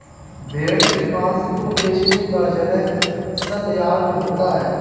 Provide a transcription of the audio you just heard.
भेड़ की मांस को बेचने का जगह सलयार्ड होता है